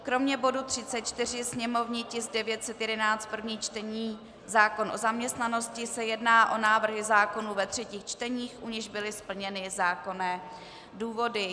Kromě bodu 34, sněmovní tisk 911, první čtení, zákon o zaměstnanosti, se jedná o návrhy zákonů ve třetím čtení, u nichž byly splněny zákonné důvody.